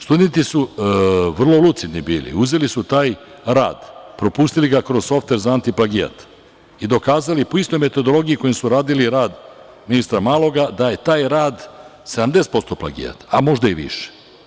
Studenti su vrlo lucidni bili, uzeli su taj rad, propustili ga kroz softver za antiplagijat i dokazali po istoj metodologiji, kojim su radili rad ministra Malog, da je taj rad 70% plagijat, a možda i više.